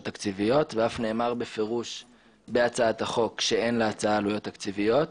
תקציביות ואף נאמר בפירוש בהצעת החוק שאין להצעה עלויות תקציביות.